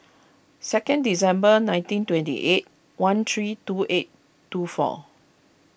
second December nineteen twenty eight one three two eight two four